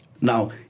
Now